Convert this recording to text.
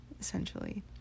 essentially